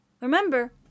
remember